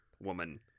woman